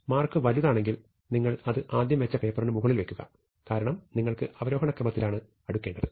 mark വലുതാണെങ്കിൽ നിങ്ങൾ അത് ആദ്യം വെച്ച പേപ്പറിന് മുകളിൽ വയ്ക്കുക കാരണം നിങ്ങൾക്ക് അവരോഹണ ക്രമത്തിലാണ് അടുക്കേണ്ടത്